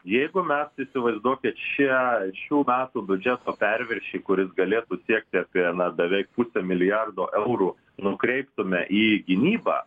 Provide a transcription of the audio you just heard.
jeigu mes įsivaizduokit šią šių metų biudžeto perviršį kuris galėtų siekti apie na beveik pusę milijardo eurų nukreiptume į gynybą